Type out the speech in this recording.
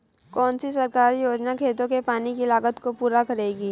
कौन सी सरकारी योजना खेतों के पानी की लागत को पूरा करेगी?